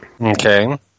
Okay